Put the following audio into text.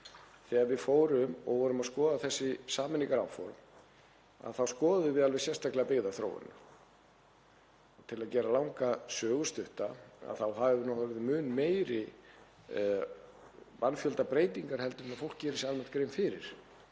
þegar við fórum og vorum að skoða þessi sameiningaráform að skoða alveg sérstaklega byggðaþróunina. Til að gera langa sögu stutta þá hafa verið mun meiri mannfjöldabreytingar heldur en fólk gerir sér almennt grein fyrir